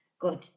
Good